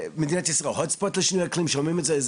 מדינת ישראל היא נקודה חמה לשינויי אקלים ואנחנו שומעים את זה הרבה,